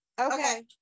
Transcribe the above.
okay